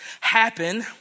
happen